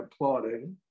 applauding